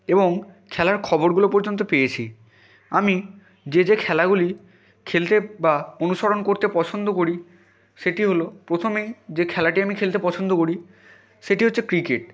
এবং খেলার খবরগুলো পর্যন্ত পেয়েছি আমি যে যে খেলাগুলি খেলতে বা অনুসরণ করতে পছন্দ করি সেটি হল প্রথমেই যে খেলাটি আমি খেলতে পছন্দ করি সেটি হচ্ছে ক্রিকেট